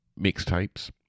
mixtapes